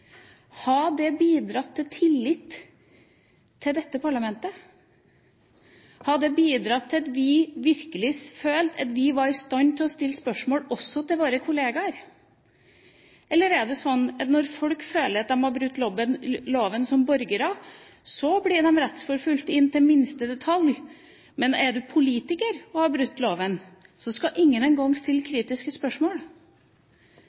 det bidratt til tillit til dette parlamentet? Hadde det bidratt til at vi virkelig hadde følt at vi var i stand til å stille spørsmål, også til våre kollegaer? Eller er det sånn at når folk har brutt loven som borgere, føler de at de blir rettsforfulgt inntil minste detalj, men er du politiker og har brutt loven, skal ingen engang stille